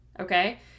okay